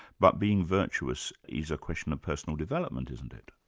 but being virtuous is a question of personal development, isn't it?